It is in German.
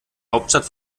hauptstadt